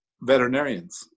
veterinarians